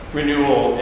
renewal